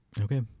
Okay